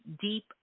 deep